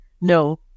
No